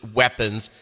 weapons